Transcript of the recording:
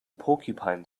porcupine